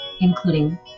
including